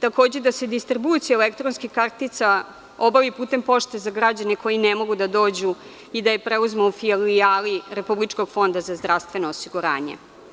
takođe distribucija elektronskih kartica obavi putem pošte za građane koji ne mogu da dođu i da ih preuzmu u filijali Republičkog fonda za zdravstveno osiguranje.